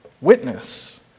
witness